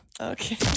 Okay